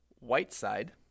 Whiteside